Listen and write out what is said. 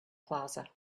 plaza